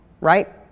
right